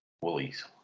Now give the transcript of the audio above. Woolies